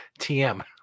TM